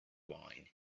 wine